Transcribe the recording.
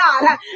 God